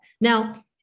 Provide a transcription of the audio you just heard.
Now